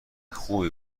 خوبی